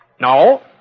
No